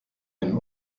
einen